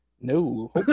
No